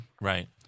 Right